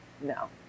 no